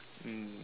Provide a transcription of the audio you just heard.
mm